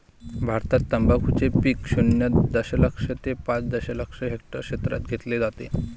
भारतात तंबाखूचे पीक शून्य दशलक्ष ते पाच दशलक्ष हेक्टर क्षेत्रात घेतले जाते